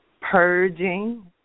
purging